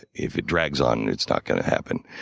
if it drags on, and it's not going to happen.